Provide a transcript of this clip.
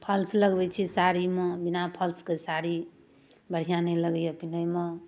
falls लगबै छै साड़ीमे बिना फॉल्सके साड़ी बढ़िआँ नहि लगैए पिन्हैमे